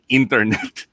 internet